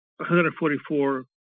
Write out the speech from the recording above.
144